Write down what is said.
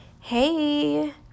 Hey